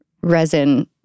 resin